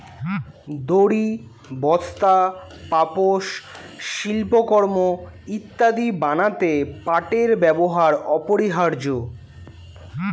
দড়ি, বস্তা, পাপোশ, শিল্পকর্ম ইত্যাদি বানাতে পাটের ব্যবহার অপরিহার্য